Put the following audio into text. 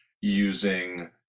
using